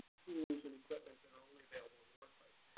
tools and equipment and are only available in workplace.